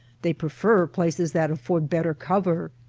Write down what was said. they prefer places that afford better cover.